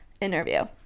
interview